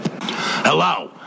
Hello